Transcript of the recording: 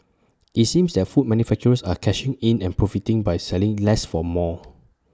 IT seems that food manufacturers are cashing in and profiting by selling less for more